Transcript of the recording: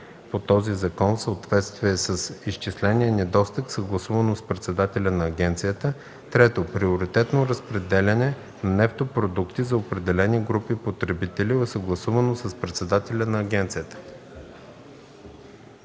по този закон в съответствие с изчисления недостиг съгласувано с председателя на агенцията; 3. приоритетно разпределяне на нефтопродукти за определени групи потребители съгласувано с председателя на агенцията.”